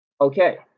Okay